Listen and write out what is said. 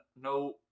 no